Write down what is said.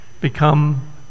become